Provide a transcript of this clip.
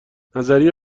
نظریه